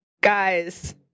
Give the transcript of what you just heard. Guys